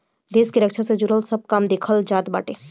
देस के रक्षा से जुड़ल सब काम देखल जात बाटे